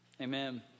Amen